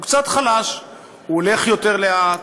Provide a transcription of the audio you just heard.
הוא קצת חלש, הוא הולך יותר לאט,